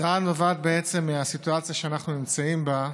ההצעה נובעת מהסיטואציה שאנחנו נמצאים בה,